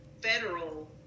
federal